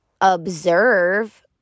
observe